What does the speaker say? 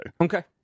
Okay